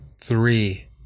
three